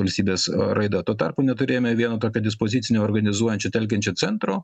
valstybės raida tuo tarpu neturėjome vieno tokio dispozicinio organizuojančio telkiančio centro